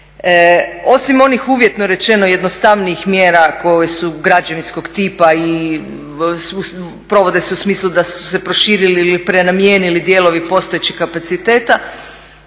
Osim onih uvjetno rečeno jednostavnijih mjera koje su građevinskog tipa i provode se u smislu da su se proširili ili prenamijenili dijelovi postojećih kapaciteta